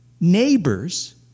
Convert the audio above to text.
neighbors